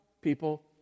people